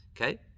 Okay